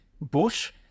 bush